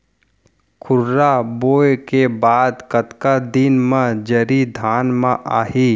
खुर्रा बोए के बाद कतका दिन म जरी धान म आही?